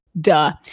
duh